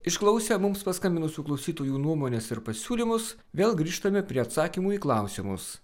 išklausę mums paskambinusių klausytojų nuomones ir pasiūlymus vėl grįžtame prie atsakymų į klausimus